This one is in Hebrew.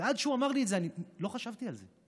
עד שהוא אמר לי את זה אני לא חשבתי על זה.